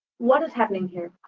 what is happening here?